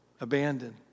abandoned